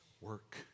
work